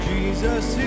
Jesus